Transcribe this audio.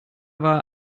war